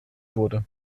wurde